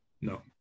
No